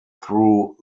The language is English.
through